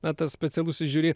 na tas specialusis žiuri